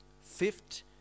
Fifth